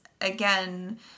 again